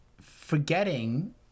forgetting